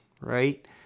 right